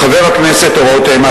חבר הכנסת רותם,